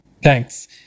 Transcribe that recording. Thanks